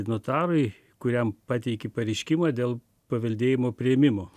notarui kuriam pateiki pareiškimą dėl paveldėjimo priėmimo